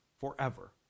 forever